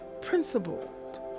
principled